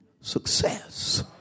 success